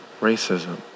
racism